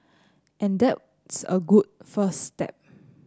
and that's a good first step